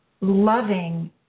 loving